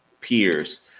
peers